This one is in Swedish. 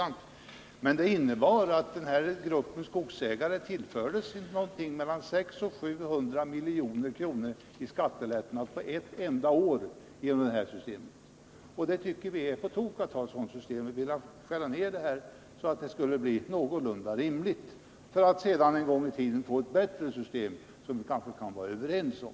Det här systemet innebär att denna grupp av skogsägare tillfördes mellan 600 och 700 milj.kr. i skattelättnad på ett enda år. Vi tycker att det är på tok att ha ett sådant system. Vi vill skära ned detta, så att det blir någorlunda rimligt, för att sedan en gång i tiden få ett system, som vi kanske kan vara överens om.